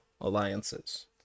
alliances